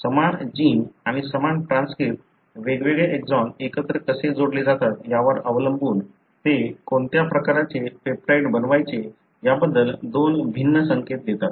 तर समान जिन आणि समान ट्रान्सक्रिप्ट वेगवेगळे एक्सॉन एकत्र कसे जोडले जातात यावर अवलंबून ते कोणत्या प्रकारचे पेप्टाइड बनवायचे याबद्दल दोन भिन्न संकेत देतात